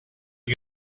are